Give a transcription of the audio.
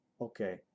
okay